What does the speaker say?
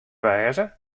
wêze